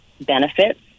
benefits